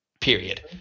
period